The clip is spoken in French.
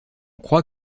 croit